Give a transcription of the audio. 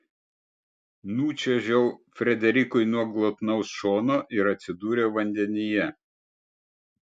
nučiuožiau frederikui nuo glotnaus šono ir atsidūriau vandenyje